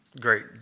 Great